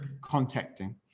contacting